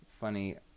funny